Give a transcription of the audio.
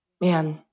man